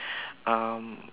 um